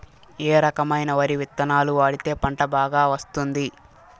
ఏ రకమైన వరి విత్తనాలు వాడితే పంట బాగా వస్తుంది?